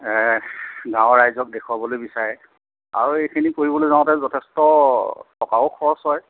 গাঁৱৰ ৰাইজক দেখুওৱাবলৈ বিচাৰে আৰু এইখিনি কৰিবলৈ যাওঁতে যথেষ্ট টকাও খৰচ হয়